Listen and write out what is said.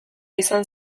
izan